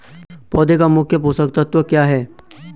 पौधें का मुख्य पोषक तत्व क्या है?